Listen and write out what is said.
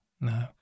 no